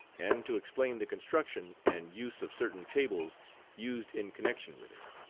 and to explain the construction and use of certain tables used in connection with it.